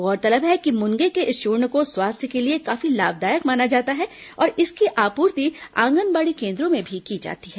गोरतलब है कि मुनगे के इस चूर्ण को स्वास्थ्य के लिए काफी लाभदायक माना जाता है और इसकी आपूर्ति आंगनबाड़ी केन्द्रों में भी की जाती है